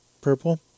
purple